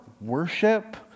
worship